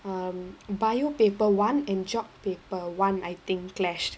um bio paper one and geog paper one I think clashed